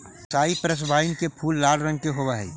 cypress vine के पुष्प लाल रंग के होवअ हई